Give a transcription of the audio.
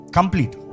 Complete